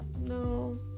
No